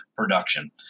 Production